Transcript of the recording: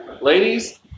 Ladies